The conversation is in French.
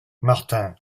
martin